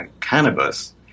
Cannabis